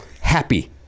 happy